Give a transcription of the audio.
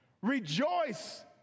Rejoice